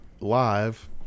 live